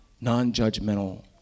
non-judgmental